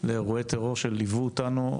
לאירועי טרור שליוו אותנו,